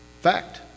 Fact